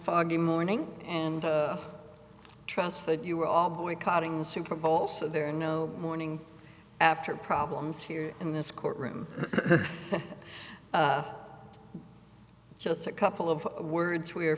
foggy morning and trust that you were all boycotting the super bowl so there are no morning after problems here in this courtroom just a couple of words we are